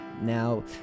now